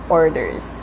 orders